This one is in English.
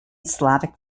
slavic